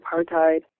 apartheid